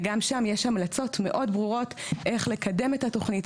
וגם שם יש המלצות מאוד ברורות איך לקדם את התוכנית,